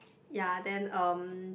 ya then um